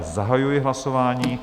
Zahajuji hlasování.